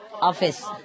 office